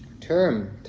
term